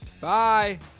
Bye